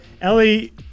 Ellie